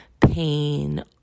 pain